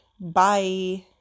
Bye